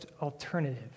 alternative